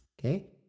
okay